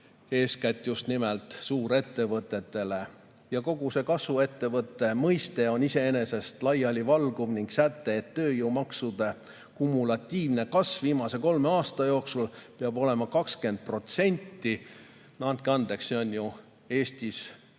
eeskätt suurettevõtetele. Kogu see kasvuettevõtte mõiste on iseenesest laialivalguv. Säte, et tööjõumaksude kumulatiivne kasv viimase kolme aasta jooksul peab olema 20% – no andke andeks, see on ju Eestis oleva